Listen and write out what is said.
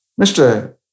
Mr